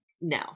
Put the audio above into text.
No